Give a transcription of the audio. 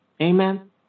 Amen